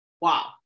Wow